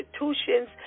institutions